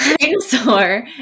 dinosaur